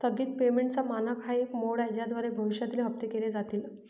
स्थगित पेमेंटचा मानक हा एक मोड आहे ज्याद्वारे भविष्यातील हप्ते केले जातील